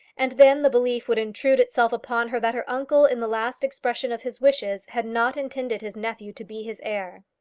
and then the belief would intrude itself upon her that her uncle in the last expression of his wishes had not intended his nephew to be his heir.